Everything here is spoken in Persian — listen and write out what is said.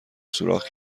سوراخ